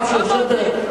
לא אמרתי.